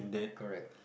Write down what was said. correct